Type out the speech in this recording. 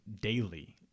daily